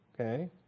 Okay